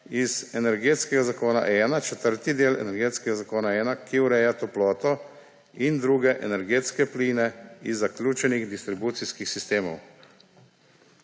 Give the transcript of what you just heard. iz Energetskega zakona-1, četrti del Energetskega zakona-1, ki ureja toploto in druge energetske pline iz zaključenih distribucijskih sistemov.